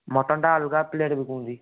ମଟନଟା ଅଲଗା ପ୍ଳେଟ ବିକୁଛନ୍ତି